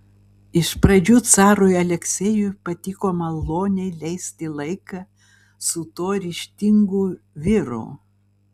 iš pradžių carui aleksejui patiko maloniai leisti laiką su tuo ryžtingu vyru